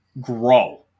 grow